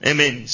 Amen